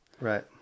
right